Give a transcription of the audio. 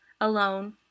alone